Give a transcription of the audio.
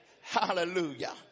hallelujah